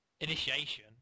initiation